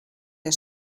der